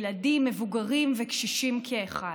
ילדים, מבוגרים וקשישים כאחד.